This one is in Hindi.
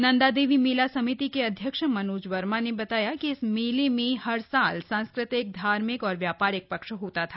नन्दा देवी मेला समिति के अध्यक्ष मनोज वर्मा ने बताया कि इस मेले में हर साल सांस्कृतिक धार्मिक और व्यापारिक पक्ष होता था